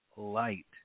light